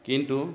কিন্তু